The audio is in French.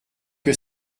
que